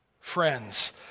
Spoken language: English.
friends